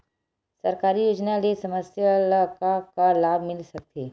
सरकारी योजना ले समस्या ल का का लाभ मिल सकते?